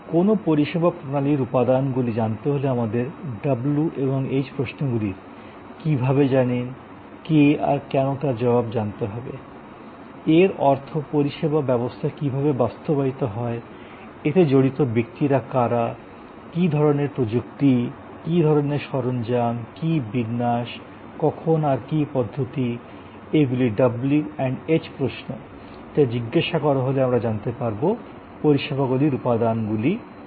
কোনও পরিষেবা প্রণালীর উপাদানগুলি জানতে হলে আমাদের W এবং H প্রশ্নগুলির কীভাবে জানেন কে আর কেন তার জবাব জানতে হবে এর অর্থ পরিষেবা ব্যবস্থা কীভাবে বাস্তবায়িত হয় এতে জড়িত ব্যক্তিরা কারা কী ধরনের প্রযুক্তি কী ধরণের সরঞ্জাম কী বিন্যাস কখন আর কী পদ্ধতি এগুলি W এবং H প্রশ্ন যা জিজ্ঞাসা করা হলে আমরা জানতে পারবো পরিষেবাগুলির উপাদানগুলি কী